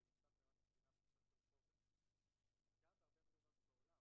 כמו --- שהוועד והחברה לרפואת איידס,